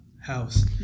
house